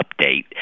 update